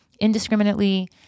indiscriminately